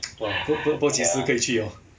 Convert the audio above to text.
多多多几次可以去 liao